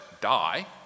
die